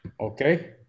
Okay